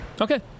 okay